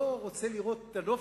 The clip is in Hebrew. לא רוצה כל כך לראות את הנוף,